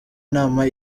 nama